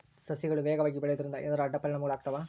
ಸಸಿಗಳು ವೇಗವಾಗಿ ಬೆಳೆಯುವದರಿಂದ ಏನಾದರೂ ಅಡ್ಡ ಪರಿಣಾಮಗಳು ಆಗ್ತವಾ?